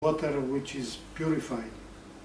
Water Which is purify.